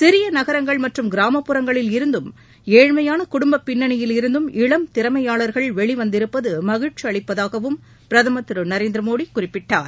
சிறிய நகரங்கள் மற்றும் கிராமப்புறங்களில் இருந்தும் ஏழ்மையான குடும்பப் பின்னணியிலிருந்தும் இளம் திறமையாளர்கள் வெளி வந்திருப்பது மகிழ்ச்சி அளிப்பதாகவும் பிரதமர் திரு நரேந்திர மோடி குறிப்பிட்டார்